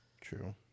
true